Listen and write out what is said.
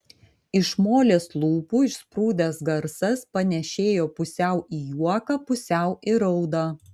iš molės lūpų išsprūdęs garsas panėšėjo pusiau į juoką pusiau į raudą